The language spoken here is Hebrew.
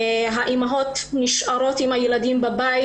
האימהות נשארות עם הילדים בבית